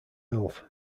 health